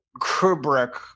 Kubrick